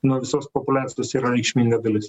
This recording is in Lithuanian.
nuo visos populiacijos yra reikšminga dalis